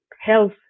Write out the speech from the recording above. health